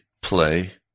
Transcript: play